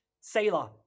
sailor